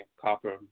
copper